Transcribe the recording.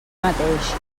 mateix